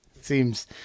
seems